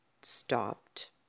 stopped